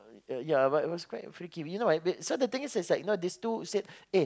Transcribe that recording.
uh ya but it was quite freaky you know why wait so the thing is like you know these two said eh